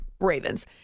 Ravens